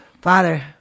Father